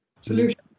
solution